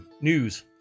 news